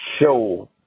show